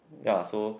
ya so